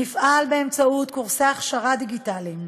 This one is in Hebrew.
נפעל באמצעות קורסי הכשרה דיגיטליים,